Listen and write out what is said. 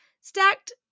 stacked